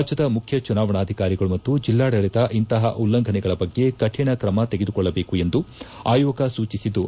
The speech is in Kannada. ರಾಜ್ಯದ ಮುಖ್ಯ ಚುನಾವಣಾಧಿಕಾರಿಗಳು ಮತ್ತು ಜಿಲ್ಲಾಡಳಿತ ಇಂತಹ ಉಲ್ಲಂಘನೆಗಳ ಬಗ್ಗೆ ಕರಿಣ ಕ್ರಮ ತೆಗೆದುಕೊಳ್ಳಬೇಕು ಎಂದು ಆಯೋಗ ಸೂಚಿಸಿದ್ದು